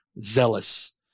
Zealous